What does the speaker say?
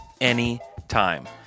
anytime